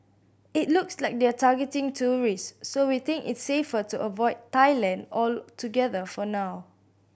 it looks like they're targeting tourists so we think it's safer to avoid Thailand altogether for now